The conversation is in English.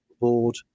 board